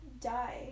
die